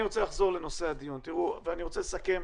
אני רוצה לחזור לנושא הדיון, ואני רוצה לסכם